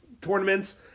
tournaments